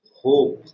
hope